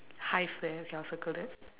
hive there okay I'll circle that